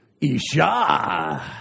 Isha